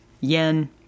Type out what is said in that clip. yen